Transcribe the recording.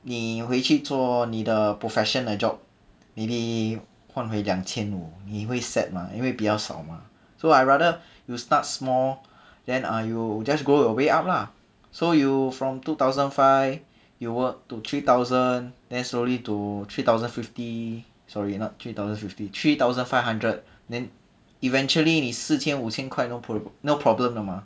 你回去做你的 profession 的 job maybe 换回两千五你会 sad mah 因为比较少 mah so I rather you start small then uh you just go your way up lah so you from two thousand five you work to three thousand then slowly to three thousand fifty sorry not three thousand fifty three thousand five hundred then eventually 你四千五千 no problem 的吗